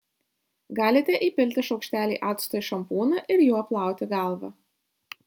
galite įpilti šaukštelį acto į šampūną ir juo plauti galvą